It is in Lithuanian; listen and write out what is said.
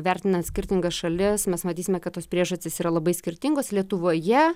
vertinant skirtingas šalis mes matysime kad tos priežastys yra labai skirtingos lietuvoje